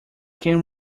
can